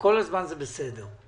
וכל הזמן זה בסדר.